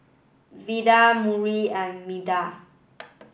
Vida Murry and Meda